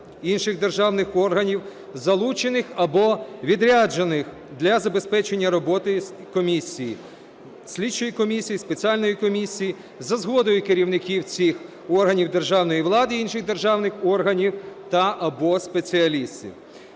інших державних органів, залучених або відряджених для забезпечення роботи комісії (слідчої комісії, спеціальної комісії) за згодою керівників цих органів державної влади і інших державних органів та (або) спеціалістів.